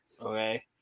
Okay